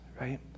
right